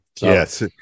Yes